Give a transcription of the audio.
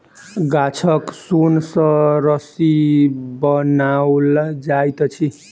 गाछक सोन सॅ रस्सी बनाओल जाइत अछि